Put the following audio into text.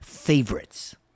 favorites